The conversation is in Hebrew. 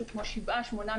משהו כמו שבעה או שמונה,